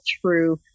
true